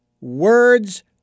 Words